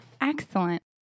Excellent